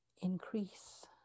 increase